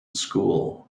school